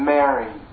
Mary